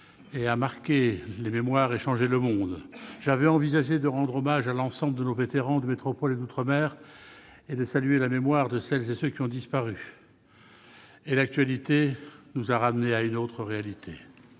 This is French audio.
marqué les mémoires et changé le monde. J'avais envisagé de rendre hommage à l'ensemble de nos vétérans de métropole et d'outre-mer et de saluer la mémoire de celles et ceux qui ont disparu et l'actualité nous a ramenés à une autre réalité.